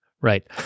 Right